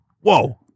Whoa